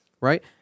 right